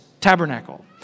tabernacle